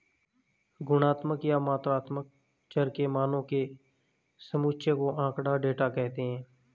गुणात्मक या मात्रात्मक चर के मानों के समुच्चय को आँकड़ा, डेटा कहते हैं